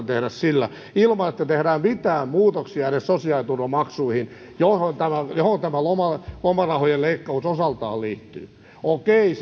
tehdä sillä ilman että tehdään mitään muutoksia edes sosiaaliturvamaksuihin johon tämä lomarahojen leikkaus osaltaan liittyy okei